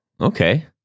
okay